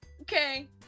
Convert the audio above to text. okay